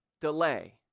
delay